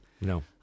No